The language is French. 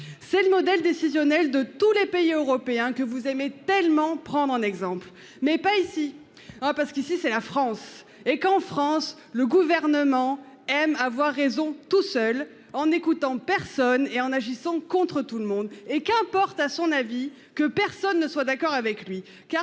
C'est le modèle décisionnel de tous les pays européens que vous aimez tellement prendre en exemple mais pas ici. Ah parce qu'ici c'est la France et qu'en France le gouvernement M. avoir raison tout seul en écoutant personne et en agissant contre tout le monde et qu'importe à son avis que personne ne soit d'accord avec lui